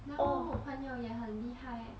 然后我朋友也很厉害 leh